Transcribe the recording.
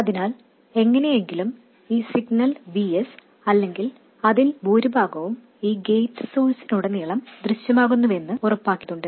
അതിനാൽ എങ്ങനെയെങ്കിലും ഈ സിഗ്നൽ Vs അല്ലെങ്കിൽ അതിൽ ഭൂരിഭാഗവും ഈ ഗേറ്റ് സോഴ്സിനുടനീളം ദൃശ്യമാകുന്നുവെന്ന് ഉറപ്പാക്കേണ്ടതുണ്ട്